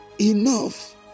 Enough